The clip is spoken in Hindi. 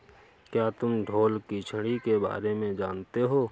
क्या तुम ढोल की छड़ी के बारे में जानते हो?